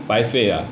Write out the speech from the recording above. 白费 ah